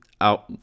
out